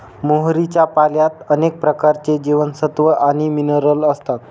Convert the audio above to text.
मोहरीच्या पाल्यात अनेक प्रकारचे जीवनसत्व आणि मिनरल असतात